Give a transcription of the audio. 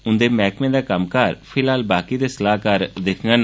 उन्दे मैहकमे दा कम्मकार फिलहाल बाकी दे सलाहकार दिक्खगंन